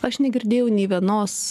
aš negirdėjau nė vienos